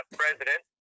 president